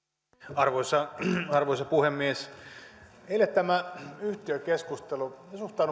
arvoisa arvoisa puhemies me suhtaudumme tähän yhtiökeskusteluun